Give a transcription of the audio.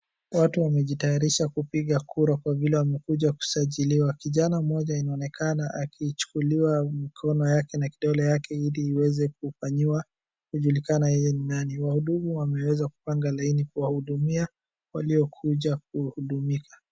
Watu wamejitayarisha kupiga kura kwa vile wamekuja kusajiliwa. Kijana mmoja inaonekana akichukuliwa mikono yake na kidole yake ili iweze kufanyiwa, kujulikana yeye ni nani. Wahudumu wameweza kupanga laini kuwahudumia waliokuja kuhudumika.